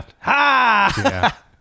Ha